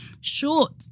short